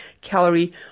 calorie